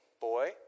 boy